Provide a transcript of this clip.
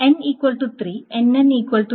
n 3 Nn 3